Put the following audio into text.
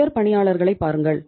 உயர் பணியாளர்களை பாருங்கள்